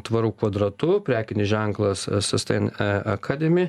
tvaru kvadratu prekinis ženklas e sastein akademi